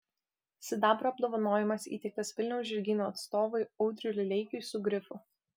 sidabro apdovanojimas įteiktas vilniaus žirgyno atstovui audriui lileikiui su grifu